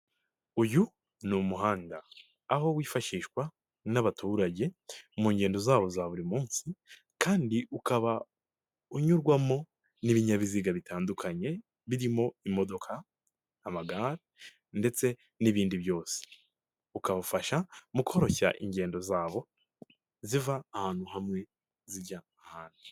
Uyu n'umuhanda, aho wifashishwa n'abaturage mu ngendo zabo za buri munsi kandi ukaba unyurwamo n'ibinyabiziga bitandukanye birimo imodoka, amagare ndetse n'ibindi byose, ukabafasha mu koroshya ingendo zabo ziva ahantu hamwe zijya ahandi.